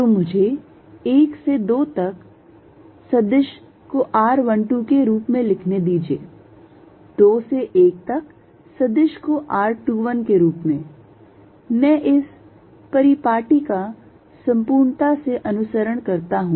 तो मुझे 1 से 2 तक सदिश को r12 के रूप में लिखने दीजिए 2 से 1 तक सदिश को r21 के रूप में मैं इस परिपाटी का संपूर्णता से अनुसरण करता हूं